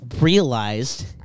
realized